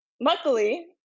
Luckily